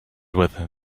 with